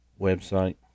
website